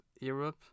Europe